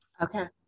Okay